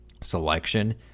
selection